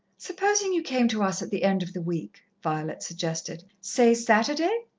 supposing you came to us at the end of the week? violet suggested. say saturday.